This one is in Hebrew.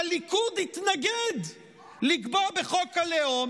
הליכוד התנגד לקבוע בחוק הלאום,